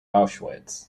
auschwitz